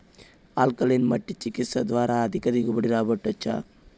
alkaline మట్టి చికిత్స ద్వారా అధిక దిగుబడి రాబట్టొచ్చా